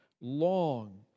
long